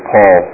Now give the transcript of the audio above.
Paul